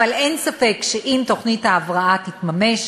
אבל אין ספק שאם תוכנית ההבראה תתממש,